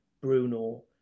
Bruno